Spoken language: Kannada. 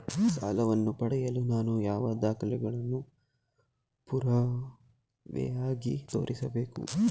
ಸಾಲವನ್ನು ಪಡೆಯಲು ನಾನು ಯಾವ ದಾಖಲೆಗಳನ್ನು ಪುರಾವೆಯಾಗಿ ತೋರಿಸಬೇಕು?